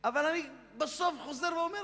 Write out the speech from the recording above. אבל אני בסוף חוזר ואומר,